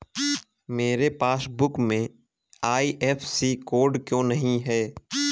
मेरे पासबुक में IFSC code क्यो नहीं है?